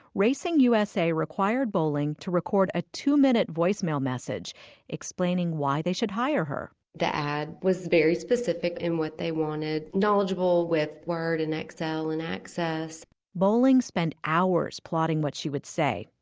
racing usa required bowling to record a two-minute voicemail message explaining why they should hire her the ad was very specific in what they wanted knowledgeable with word, and excel and access bowling spent hours plotting what she would say.